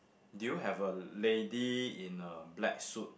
do you have a lady in a black suit